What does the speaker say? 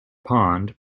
pond